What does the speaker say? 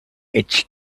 its